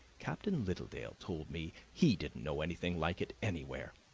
captain littledale told me he didn't know anything like it anywhere.